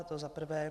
To za prvé.